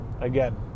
again